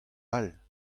all